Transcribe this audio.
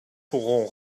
pourront